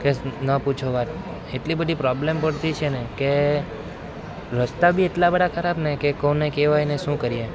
કે ન પૂછો વાત એટલી બધી પ્રોબ્લેમ પડતી છે ને કે રસ્તા બી એટલાં બધાં ખરાબ કે કોને કહેવાય ને શું કરીએ